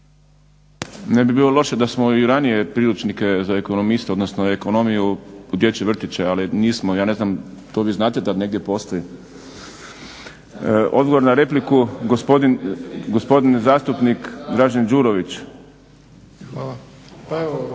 Ne bi bilo loše da smo i ranije priručnike za ekonomiste odnosno ekonomiju u dječje vrtiće, ali nismo, ja ne znam to vi znate dal negdje postoji? Odgovor na repliku, gospodin zastupnik Dražen Đurović. **Đurović,